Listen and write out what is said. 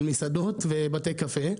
על מסעדות ובתי קפה,